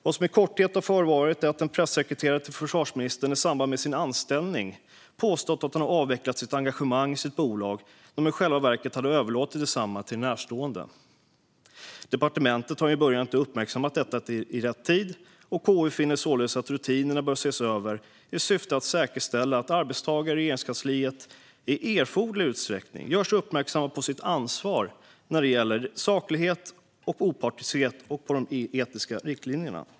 Vad som i korthet har förevarit är att en pressekreterare till försvarsministern i samband med sin anställning har påstått att hon har avvecklat engagemanget i sitt bolag när hon i själva verket har överlåtit detsamma till en närstående. Eftersom departementet inte uppmärksammade detta i rätt tid finner KU att rutinerna bör ses över i syfte att säkerställa att arbetstagare i Regeringskansliet i erforderlig utsträckning görs uppmärksamma på sitt ansvar vad gäller saklighet och opartiskhet och på de etiska riktlinjerna.